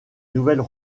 nouvelles